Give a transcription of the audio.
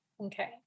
okay